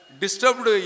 disturbed